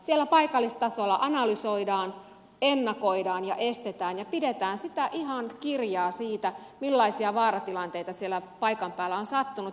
siellä paikallistasolla analysoidaan ennakoidaan ja estetään ja pidetään ihan kirjaa siitä millaisia vaaratilanteita siellä paikan päällä on sattunut